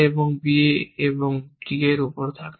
এবং b d এর উপর থাকে